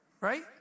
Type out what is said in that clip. Right